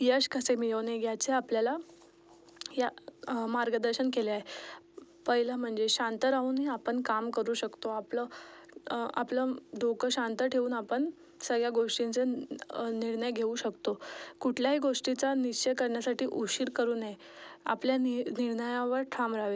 यश कसे मिळवणे याच्या आपल्याला या मार्गदर्शन केले आहे पहिलं म्हणजे शांत राहूनही आपण काम करू शकतो आपलं आपलं डोकं शांत ठेवून आपण सगळ्या गोष्टींचे निर्णय घेऊ शकतो कुठल्याही गोष्टीचा निश्चय करण्यासाठी उशीर करू नये आपल्या नि निर्णयावर ठाम रहावे